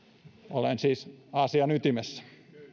olen siis asian ytimessä